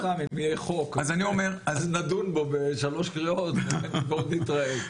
אם יהיה חוק, אז נדון בו בשלוש קריאות ועוד נתראה.